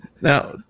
now